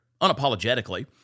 unapologetically